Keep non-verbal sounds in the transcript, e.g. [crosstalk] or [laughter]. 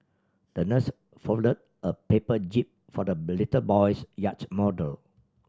the nurse folded a paper jib for the [unintelligible] little boy's yacht model